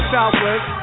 Southwest